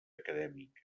acadèmica